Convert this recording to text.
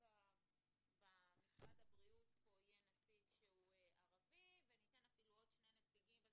ערבי במשרד הבריאות ואפילו ניתן עוד שני נציגים זה